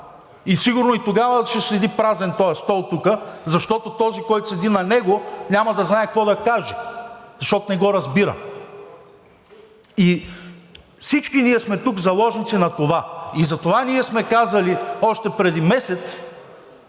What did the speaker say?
а сигурно и тогава ще седи празен този стол тук, защото този, който седи на него, няма да знае какво да каже, защото не го разбира. Всички ние тук сме заложници на това и затова сме казали още преди месец,